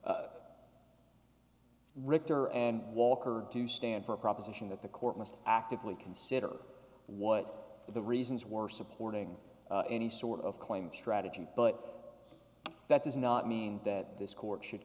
david richter and walker do stand for a proposition that the court must actively consider what the reasons were supporting any sort of claim strategy but that does not mean that this court should